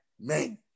man